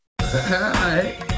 Hi